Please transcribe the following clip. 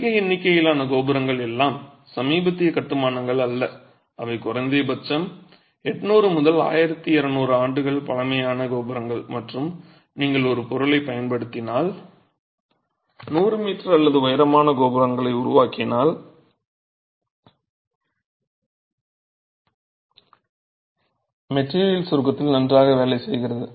அதிக எண்ணிக்கையிலான கோபுரங்கள் எல்லாம் சமீபத்திய கட்டுமானங்கள் அல்ல இவை குறைந்தபட்சம் 800 முதல் 1200 ஆண்டுகள் பழமையான கோபுரங்கள் மற்றும் நீங்கள் ஒரு பொருளைப் பயன்படுத்தினால் 100 மீட்டர் அல்லது உயரமான கோபுரங்களை உருவாக்கினால் மெட்டிரியல் சுருக்கத்தில் நன்றாக வேலை செய்கிறது